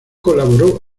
colaboró